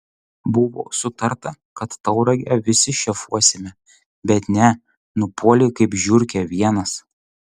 buvo sutarta kad tauragę visi šefuosime bet ne nupuolei kaip žiurkė vienas